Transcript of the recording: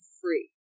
free